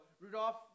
Rudolph